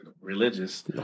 religious